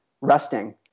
resting